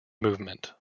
movement